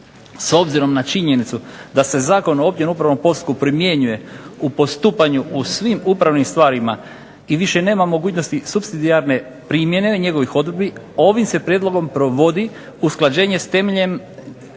S obzirom na činjenicu da se Zakon o općem upravnom postupku primjenjuje u postupanju u svim upravnim stvarima i više nema mogućnosti supsidijarne primjene, njegovih odredbi, ovim se prijedlogom provodi usklađenje s temeljnim